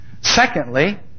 Secondly